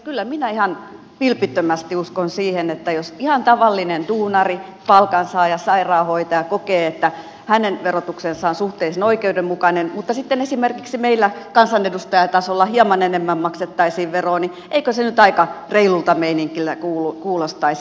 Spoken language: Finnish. kyllä minä ihan vilpittömästi uskon siihen että jos ihan tavallinen duunari palkansaaja sairaanhoitaja kokee että hänen verotuksensa on suhteellisen oikeudenmukainen mutta sitten esimerkiksi meillä kansanedustajatasolla hieman enemmän maksettaisiin veroa niin eikö se nyt aika reilulta meiningiltä kuulostaisi